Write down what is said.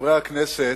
חברי הכנסת,